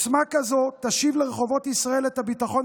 עוצמה כזו תשיב לרחובות ישראל את הביטחון